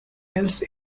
else